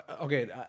okay